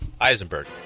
Eisenberg